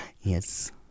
Yes